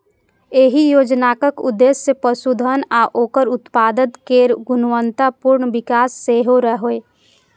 एहि योजनाक उद्देश्य पशुधन आ ओकर उत्पाद केर गुणवत्तापूर्ण विकास सेहो रहै